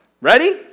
Ready